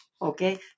Okay